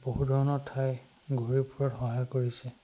বহু ধৰণৰ ঠাই ঘূৰি ফুৰাত সহায় কৰিছে